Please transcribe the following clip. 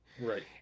right